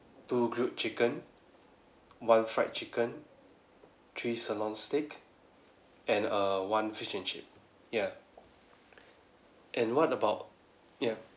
two grilled chicken one fried chicken three sirloin steak and err one fish and chip ya and what about ya